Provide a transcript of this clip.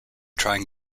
trying